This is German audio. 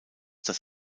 das